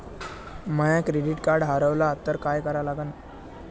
माय credit card हारवलं तर काय करा लागन?